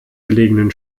gelegenen